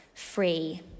free